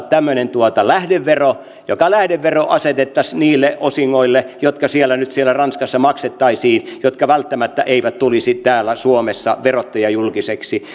tämmöinen lähdevero joka asetettaisiin niille osingoille jotka nyt siellä ranskassa maksettaisiin jotka välttämättä eivät tulisi täällä suomessa verottajajulkiseksi